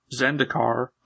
Zendikar